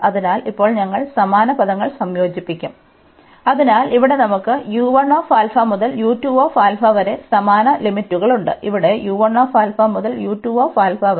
അതിനാൽ ഇപ്പോൾ ഞങ്ങൾ സമാന പദങ്ങൾ സംയോജിപ്പിക്കും അതിനാൽ ഇവിടെ നമുക്ക് മുതൽ വരെ സമാന ലിമിറ്റുകളുണ്ട് ഇവിടെ മുതൽ വരെ